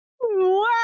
Wow